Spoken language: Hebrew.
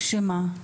שמה?